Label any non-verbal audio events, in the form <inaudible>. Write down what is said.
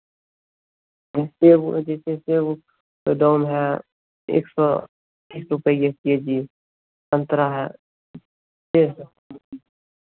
सेब हुआ जैसे सेब का दाम है एक सौ <unintelligible> रुपये के जी संतरा है डेढ़ सौ